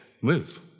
move